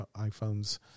iPhones